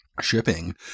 shipping